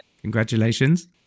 congratulations